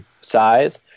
size